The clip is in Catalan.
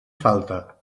falta